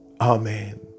amen